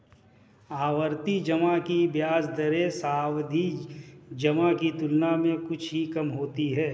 आवर्ती जमा की ब्याज दरें सावधि जमा की तुलना में कुछ ही कम होती हैं